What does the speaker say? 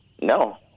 No